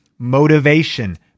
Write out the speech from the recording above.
motivation